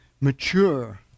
mature